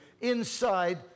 inside